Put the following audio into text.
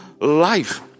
life